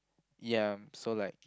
ya so like